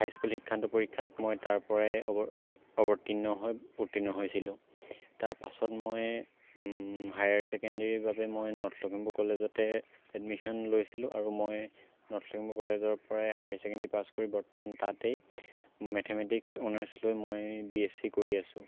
হাই school শিক্ষান্ত পৰীক্ষাত মই তাৰপৰাই অৱতীৰ্ণ হৈ উত্তীৰ্ণ হৈছিলোঁ তাৰপাছত মই হায়াৰ ছেকেণ্ডেৰীৰ বাবে মই নৰ্থ লখিমপুৰ কলেজতে এডমিছন লৈছিলোঁ আৰু মই নৰ্থ লখিমপুৰ কলেজৰপৰাই হায়াৰ ছেকেণ্ডেৰী পাছ কৰি বৰ্তমান তাতেই মেথেমেটিক্স অনাৰ্চ লৈ মই বি এচ চি কৰি আছো